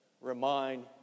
remind